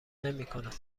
نمیکند